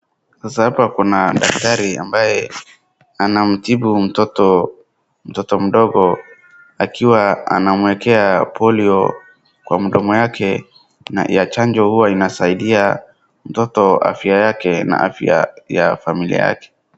Sasa hapa kuna daktari ambaye anamtibu mtoto, mtoto mdogo. Akiwa anamuekea polio kwa mdomo yake ya chanjo huwa inasaidia mtoto afya yake na afya ya familia yake.